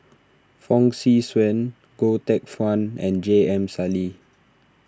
Fong Swee Suan Goh Teck Phuan and J M Sali